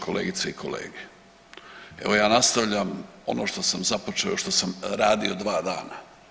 Kolegice i kolege, evo ja nastavljam ono što sam započeo što sam radio 2 dana.